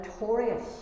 notorious